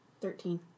Thirteen